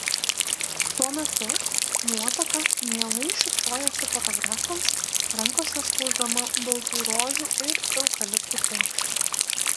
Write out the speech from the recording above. tuo metu nuotaka mielai šypsojosi fotografams rankose spausdama baltų rožių ir eukaliptų puokštę